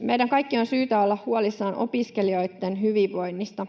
Meidän kaikkien on syytä olla huolissaan opiskelijoitten hyvinvoinnista.